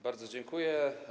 Bardzo dziękuję.